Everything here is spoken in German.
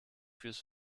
fürs